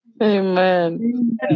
Amen